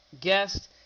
guest